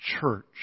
church